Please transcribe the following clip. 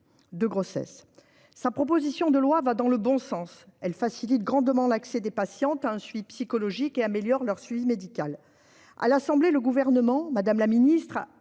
de grossesse. Sa proposition de loi va dans le bon sens : elle facilite grandement l'accès des patientes à un suivi psychologique et améliore leur suivi médical. À l'Assemblée nationale, le Gouvernement a utilement